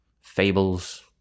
fables